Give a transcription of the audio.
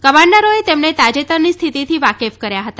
કમાન્ડરોએ તેમને તાજેતરની સ્થિતીથી વાકેફ કર્યા હતા